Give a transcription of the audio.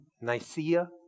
Nicaea